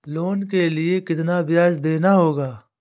Loan के लिए कितना ब्याज देना होगा?